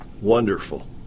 Wonderful